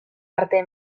arte